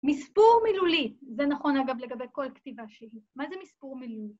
מספור מילולי, זה נכון אגב לגבי כל כתיבה שהיא, מה זה מספור מילולי?